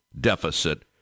deficit